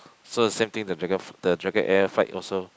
so the same thing the dragon the Dragon Air flight also